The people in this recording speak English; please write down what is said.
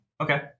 Okay